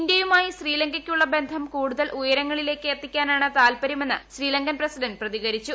ഇന്ത്യയുമായി ശ്രീലങ്കയ്ക്കുള്ള ബന്ധം കൂടുതൽ ഉയരങ്ങളിലെ ത്തിക്കാനാണ് താത്പര്യമെന്ന് ശ്രീലങ്കൻ പ്രസിഡന്റ് പ്രതികരിച്ചു